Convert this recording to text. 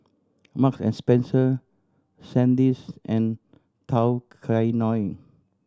Marks and Spencer Sandisk and Tao Kae Noi